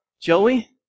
Joey